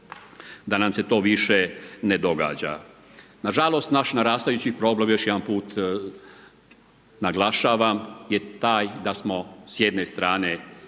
da nam se to više ne događa. Nažalost naš narastajući problem još jedanput naglašavam je taj da smo s jede strane